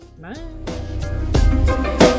bye